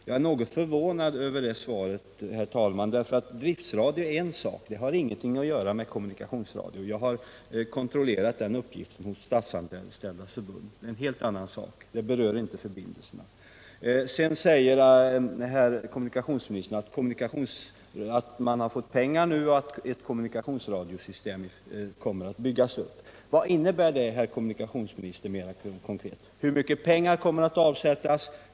Jag är något förvånad över det beskedet, herr talman, därför att driftradio är en sak som ingenting har att göra med kommunikationsradio. Jag har kontrollerat den uppgiften hos Statsanställdas förbund. Det är en helt annan sak. Det berör inte förbindelserna. Vidare säger kommunikationsministern att man har fått pengar nu och att ett kommunikationsradiosystem kommer att byggas upp. Vad innebär det mera konkret, herr kommunikationsminister? Hur mycket pengar kommer att avsättas?